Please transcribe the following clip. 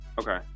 Okay